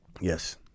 Yes